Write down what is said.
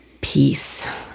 peace